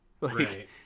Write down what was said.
Right